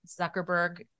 Zuckerberg